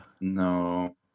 no